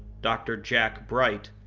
dr. jack bright,